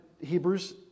Hebrews